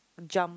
jump